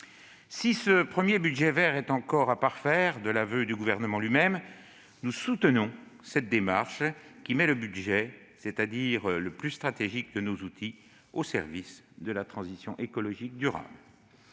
Si ce premier « budget vert » est encore à parfaire, de l'aveu du Gouvernement lui-même, nous soutenons cette démarche qui met le budget, c'est-à-dire le plus stratégique de nos outils, au service de la transition écologique durable.